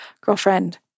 girlfriend